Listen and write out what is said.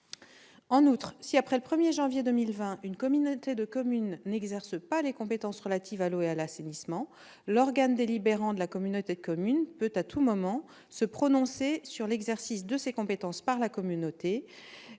En outre, si, après le 1 janvier 2020, une communauté de communes n'exerce pas les compétences relatives à l'eau et à l'assainissement, l'organe délibérant de la communauté de communes peut, à tout moment, se prononcer sur l'exercice de ces compétences par la communauté,